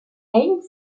heinz